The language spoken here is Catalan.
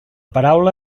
paraula